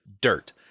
dirt